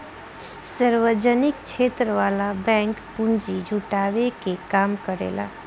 सार्वजनिक क्षेत्र वाला बैंक पूंजी जुटावे के काम करेला